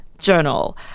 journal